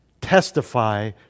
testify